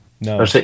No